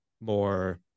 more